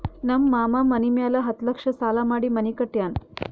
ನಮ್ ಮಾಮಾ ಮನಿ ಮ್ಯಾಲ ಹತ್ತ್ ಲಕ್ಷ ಸಾಲಾ ಮಾಡಿ ಮನಿ ಕಟ್ಯಾನ್